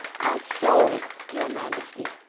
i stole it, your majesty.